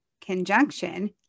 conjunction